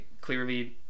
clearly